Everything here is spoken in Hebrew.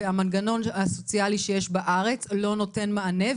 המנגנון הסוציאלי שיש בארץ לא נותן מענה,